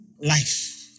life